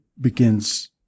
begins